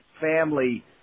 family